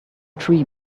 tree